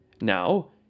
Now